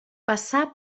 passà